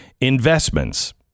Investments